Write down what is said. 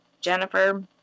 Jennifer